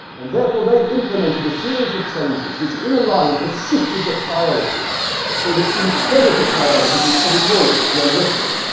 and therefore, they have implemented a series of changes, which in a line have shifted the priority so that instead of the priority being editorial, journalistic,